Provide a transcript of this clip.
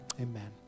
amen